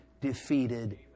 defeated